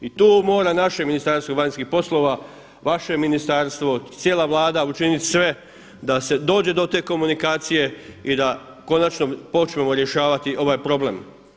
I tu mora naše Ministarstvo vanjskih poslova, vaše ministarstvo, cijela Vlada učiniti sve da se dođe do te komunikacije i da konačno počnemo rješavati ovaj problem.